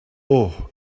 اوه